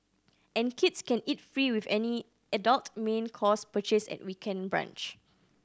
and kids can eat free with any adult main course purchase at weekend brunch